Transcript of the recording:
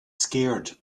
scared